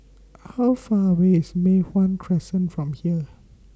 How Far away IS Mei Hwan Crescent from here